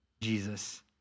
Jesus